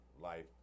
life